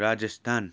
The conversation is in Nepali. राजस्थान